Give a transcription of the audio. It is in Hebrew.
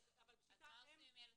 אבל ב'שיטה' --- אז מה עושים עם ילד כזה?